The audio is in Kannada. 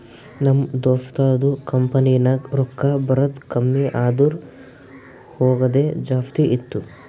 ನಮ್ ದೋಸ್ತದು ಕಂಪನಿನಾಗ್ ರೊಕ್ಕಾ ಬರದ್ ಕಮ್ಮಿ ಆದೂರ್ ಹೋಗದೆ ಜಾಸ್ತಿ ಇತ್ತು